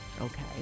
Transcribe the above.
Okay